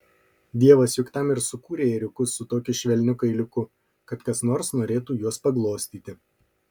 dievas juk tam ir sukūrė ėriukus su tokiu švelniu kailiuku kad kas nors norėtų juos paglostyti